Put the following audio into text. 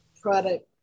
product